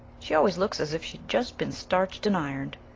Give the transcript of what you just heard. she always looks as if she'd just been starched and ironed.